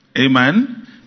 Amen